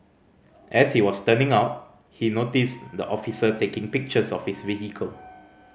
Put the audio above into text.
as he was turning out he noticed the officer taking pictures of his vehicle